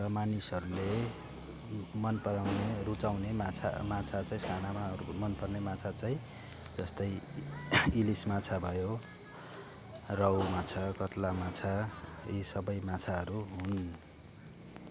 र मानिसहरूले मन पराउने रुचाउने माछा माछा चाहिँ छानामा मन पर्ने माछा चाहिँ जस्तै इलिस माछा भयो रहु माछा कत्ला माछा यी सबै माछाहरू हुन्